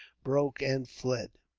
broke and fled.